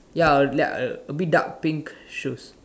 ya a like a bit dark pink shoes